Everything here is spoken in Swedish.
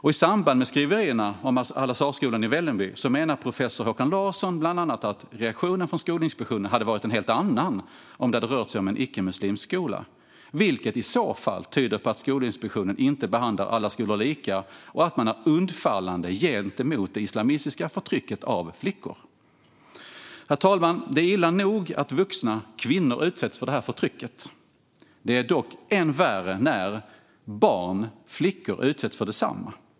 I samband med skriverierna om Al-Azharskolan i Vällingby menar professor Håkan Larsson bland annat att reaktionen från Skolinspektionen hade varit en helt annan om det hade rört sig om en icke-muslimsk skola, vilket i så fall tyder på att Skolinspektionen inte behandlar alla skolor lika och att man är undfallande gentemot det islamistiska förtrycket av flickor. Herr talman! Det är illa nog att vuxna kvinnor utsätts för det här förtrycket. Det är dock än värre när barn - flickor - utsätts för detsamma.